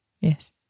Yes